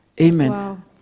amen